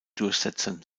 durchsetzen